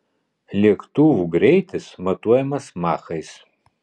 lėktuvų greitis matuojamas machais